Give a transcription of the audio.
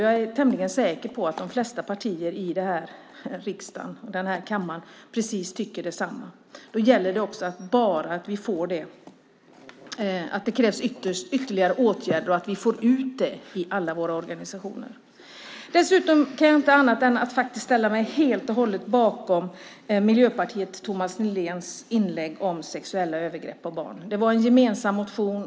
Jag är tämligen säker på att de flesta partier i kammaren tycker det. Det krävs ytterligare åtgärder, och vi måste få ut detta i alla organisationer. Jag kan inte annat än helt och hållet ställa mig bakom Miljöpartiets och Thomas Nihléns inlägg om sexuella övergrepp på barn. Det är en gemensam motion.